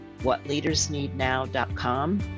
whatleadersneednow.com